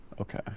Okay